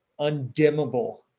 undimmable